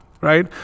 right